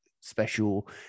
special